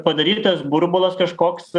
padarytas burbulas kažkoks